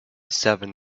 seven